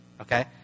Okay